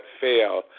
fail